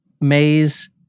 maze